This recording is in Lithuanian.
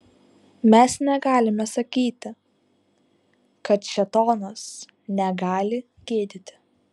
mes negalime sakyti kad šėtonas negali gydyti